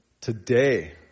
Today